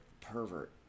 pervert